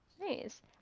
Nice